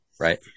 right